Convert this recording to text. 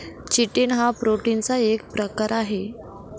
chitin हा प्रोटीनचा एक प्रकार आहे